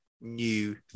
new